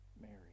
Mary